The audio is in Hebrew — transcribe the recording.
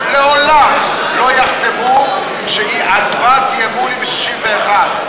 לעולם לא יחתמו שהצבעת אי-אמון היא ב-61.